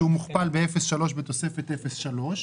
סעיף 13 זה לא רטרואקטיבי כי הוא קובע את התאריך שממנו הם מחויבים.